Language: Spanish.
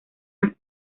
las